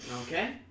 Okay